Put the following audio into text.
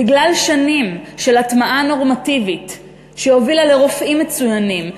בגלל שנים של הטמעה נורמטיבית שהובילה לרופאים מצוינים,